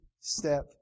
step